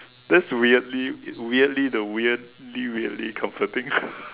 that's weirdly weirdly the weirdly weirdly comforting